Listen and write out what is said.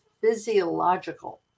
physiological